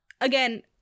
Again